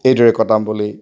এইদৰে কটাম বুলি